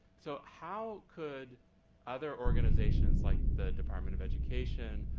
so how could other organizations, like the department of education,